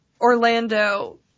Orlando